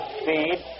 speed